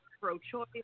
pro-choice